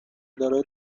دارای